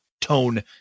tone